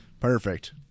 perfect